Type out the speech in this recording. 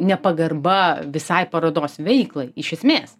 nepagarba visai parodos veiklai iš esmės